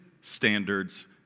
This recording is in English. standards